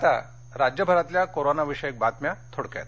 आता राज्यभरातल्या कोरोनाविषयक बातम्या थोडक्यात